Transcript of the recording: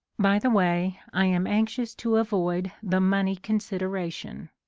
by the way, i am anxious to avoid the money consideration.